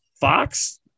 Fox